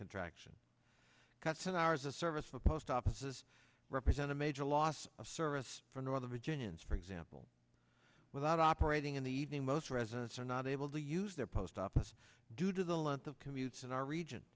contraction cuts in hours of service the post offices represent a major loss of service for northern virginians for example without operating in the evening most residents are not able to use their post office due to the length of commutes in our region